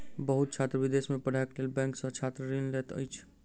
बहुत छात्र विदेश में पढ़ैक लेल बैंक सॅ छात्र ऋण लैत अछि